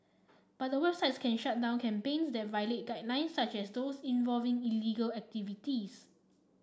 but the websites can shut down campaigns that violate guidelines such as those involving illegal activities